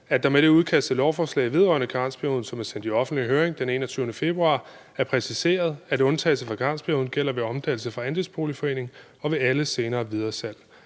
at det med det udkast til lovforslag vedrørende karensperioden, som er sendt i offentlig høring den 21. februar, er præciseret, at undtagelser fra karensperioden gælder ved omdannelse fra andelsboligforening og ved alle senere videresalg.